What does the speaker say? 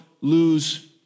lose